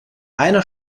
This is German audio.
einer